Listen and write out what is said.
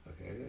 Okay